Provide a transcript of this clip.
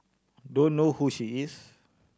don't know who she is